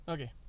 Okay